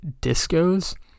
discos